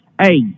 Hey